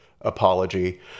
apology